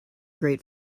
great